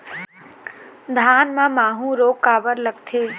धान म माहू रोग काबर लगथे?